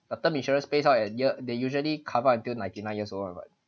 a term insurance payout and they usually cover until ninety nine years old or what